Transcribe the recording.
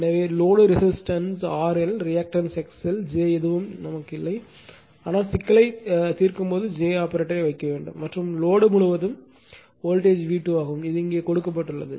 எனவே load resistance RL reactance XL j எதுவும் இல்லை ஆனால் சிக்கலைத் தீர்க்கும்போது j ஆபரேட்டரை வைக்க வேண்டும் மற்றும் லோடு முழுவதும் வோல்டேஜ் V2 ஆகும் இது இங்கே கொடுக்கப்பட்டுள்ளது